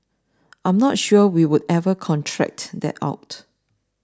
I am not sure we would ever contract that out